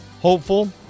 hopeful